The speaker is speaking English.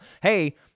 Hey